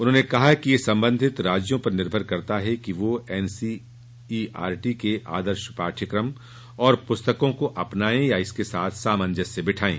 उन्होंने कहा यह संबंधित राज्यों पर निर्भर करता है कि वे एनसीईआरटी के आदर्श पाठ्यक्रम और पुस्तकों को अपनाएं या इसके साथ सामंजस्य बिठाएं